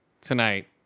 tonight